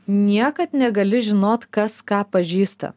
niekad negali žinot kas ką pažįsta